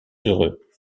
heureux